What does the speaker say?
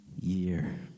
year